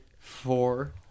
four